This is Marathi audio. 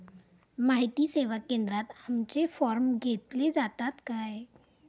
माहिती सेवा केंद्रात आमचे फॉर्म घेतले जातात काय?